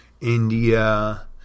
india